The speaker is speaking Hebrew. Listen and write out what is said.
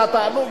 את התענוג,